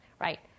right